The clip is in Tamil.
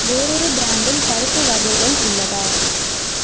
வேறொரு ப்ராண்டில் பருப்பு வகைகள் உள்ளதா